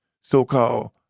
so-called